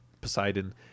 Poseidon